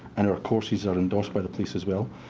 and our courses are endorsed by the police as well.